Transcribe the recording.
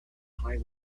high